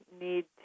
need